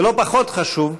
ולא פחות חשוב,